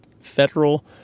federal